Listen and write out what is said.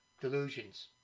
delusions